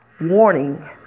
warning